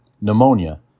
pneumonia